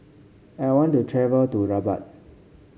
I want to travel to Rabat